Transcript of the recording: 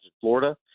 Florida